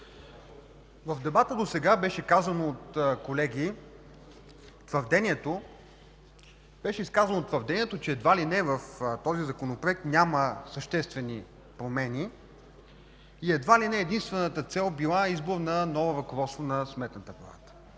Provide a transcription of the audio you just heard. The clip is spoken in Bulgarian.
В дебата досега от колеги беше изказано твърдението, че едва ли не в този Законопроект няма съществени промени и едва ли не единствената цел била избор на ново ръководство на Сметната палата.